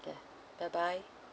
yeah bye bye